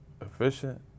efficient